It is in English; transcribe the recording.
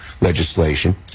legislation